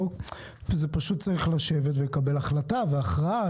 פשוט צריך לשבת ולקבל החלטה והכרעה.